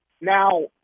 Now